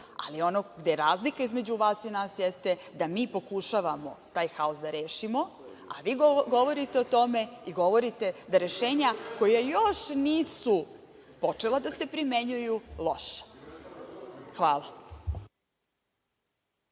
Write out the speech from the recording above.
ali ono gde je razlika između vas i nas, jeste, da mi pokušavamo taj haos da rešimo, a vi govorite o tome i govorite da rešenja koja još nisu počela da se primenjuju su loša. Hvala